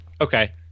Okay